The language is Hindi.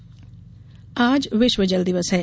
जल दिवस आज विश्व जल दिवस है